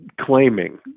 claiming